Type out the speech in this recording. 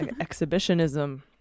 exhibitionism